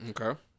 Okay